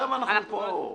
אנחנו פה.